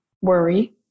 worry